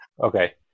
Okay